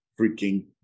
freaking